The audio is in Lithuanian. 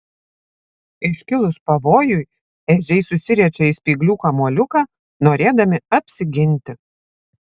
iškilus pavojui ežiai susiriečia į spyglių kamuoliuką norėdami apsiginti